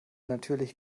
natürlich